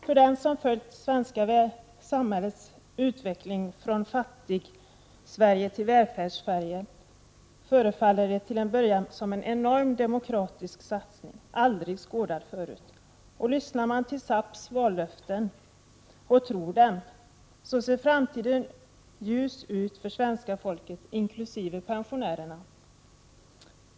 För den som följt det svenska samhällets utveckling från Fattigsverige till Välfärdssverige förefaller det till en början vara fråga om en enormt demokratisk satsning, aldrig skådad förut. Och lyssnar man till SAP:s vallöften — och tror på dem — ser framtiden ljus ut för svenska folket, inkl. pensionärerna.